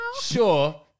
Sure